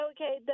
Okay